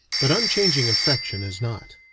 but unchanging affection is not.